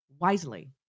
wisely